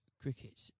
cricket